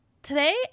Today